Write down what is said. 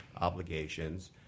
obligations